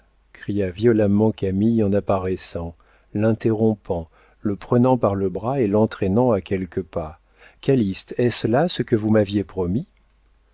cria violemment camille en apparaissant l'interrompant le prenant par le bras et l'entraînant à quelques pas calyste est-ce là ce que vous m'aviez promis